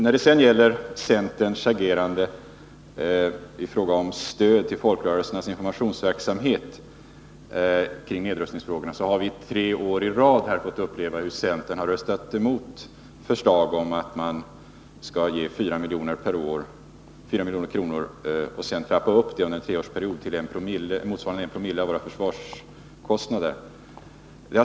När det sedan gäller centerns agerande i fråga om stöd till folkrörelsernas informationsverksamhet kring nedrustningsfrågorna har vi tre år i rad fått uppleva hur centern har röstat emot förslag om att ge ett anslag på till att börja med 4 milj.kr. per år, som sedan skulle trappas upp under en treårsperiod till en nivå motsvarande 1 promille av våra försvarskostnader.